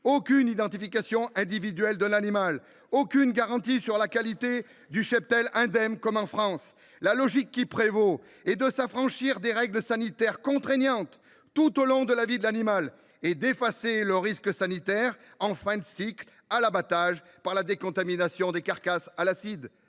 sans identification individuelle de l’animal, sans garantie sur la qualité indemne du cheptel, comme cela existe en France. La logique qui prévaut est de s’affranchir des règles sanitaires contraignantes tout au long de la vie de l’animal et d’effacer le risque sanitaire en fin de cycle, à l’abattage, par la décontamination des carcasses à l’acide.